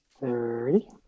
thirty